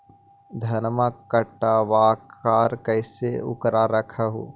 धनमा कटबाकार कैसे उकरा रख हू?